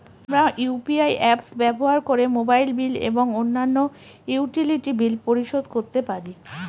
আমরা UPI apps ব্যবহার করে মোবাইল বিল এবং অন্যান্য ইউটিলিটি বিল পরিশোধ করতে পারি